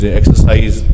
exercise